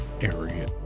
area